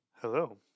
Hello